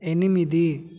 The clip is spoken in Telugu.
ఎనిమిది